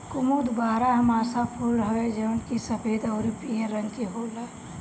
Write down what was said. कुमुद बारहमासा फूल हवे जवन की सफ़ेद अउरी पियर रंग के होला